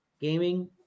gaming